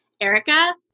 Erica